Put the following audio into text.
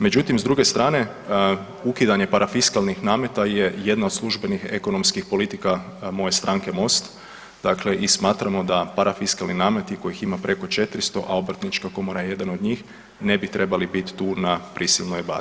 Međutim, s druge strane ukidanje parafiskalnih nameta je jedna od službenih ekonomskih politika moje stranke MOST, dakle i smatramo da parafiskalni nameti kojih ima preko 400, a obrtnička komora je jedan od njih ne bi trebali bit tu na prisilnoj bazi.